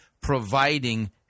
providing